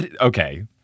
okay